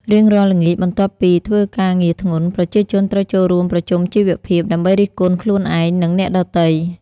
រៀងរាល់ល្ងាច បន្ទាប់ពីធ្វើការងារធ្ងន់ ប្រជាជនត្រូវចូលរួម "ប្រជុំជីវភាព" ដើម្បីរិះគន់ខ្លួនឯង និងអ្នកដទៃ។